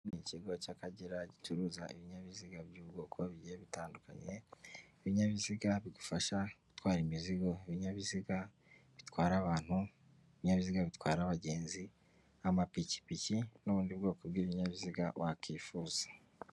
Ni ikigo cy'akagera gicuruza ibinyabiziga by'ubwoko bigiye bitandukanye ibinyabiziga bigufasha gutwara imizigo, ibinyabiziga bitwara abantu, ibinyabiziga bitwara abagenzi nk'amapikipiki n'ubundi bwoko bw'ibinyabiziga wakwifuza.